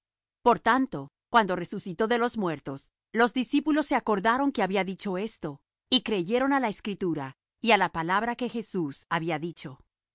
por tanto cuando resucitó de los muertos sus discípulos se acordaron que había dicho esto y creyeron á la escritura y á la palabra que jesús había dicho